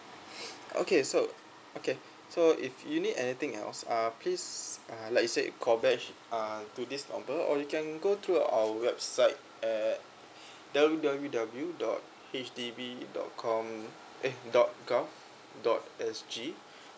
okay so okay so if you need anything else uh please uh like you said call back to this number or you can go to our website at w w w dot H D B dot com eh dot gov dot S_G